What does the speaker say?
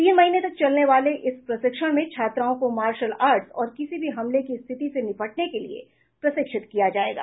तीन महीने तक चलने वाले इस प्रशिक्षण में छात्राओं को मार्शल आर्ट्स और किसी भी हमले की स्थिति से निपटने के लिए प्रशिक्षित किया जायेगा